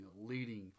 leading